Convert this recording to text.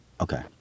Okay